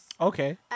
okay